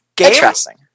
Interesting